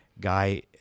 guy